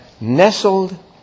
nestled